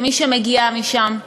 כמי שמגיעה משם,